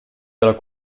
della